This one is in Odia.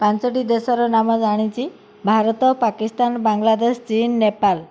ପାଞ୍ଚଟି ଦେଶର ନାମ ଜାଣିଛି ଭାରତ ପାକିସ୍ତାନ ବାଂଲାଦେଶ ଚୀନ ନେପାଳ